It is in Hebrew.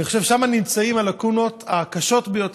אני חושב ששם נמצאות הלקונות הקשות ביותר.